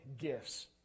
gifts